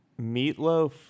Meatloaf